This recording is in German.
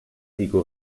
ego